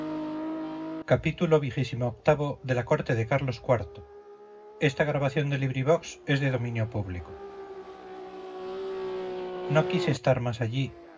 xxvi xxvii xxviii la corte de carlos iv de benito pérez galdós no quise estar más allí